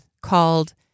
called